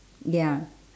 ya